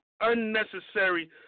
unnecessary